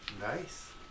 Nice